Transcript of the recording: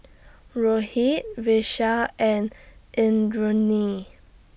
Rohit Vishal and Indranee